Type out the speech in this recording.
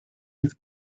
with